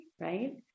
right